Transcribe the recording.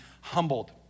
humbled